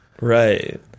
right